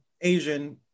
Asian